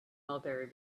maybury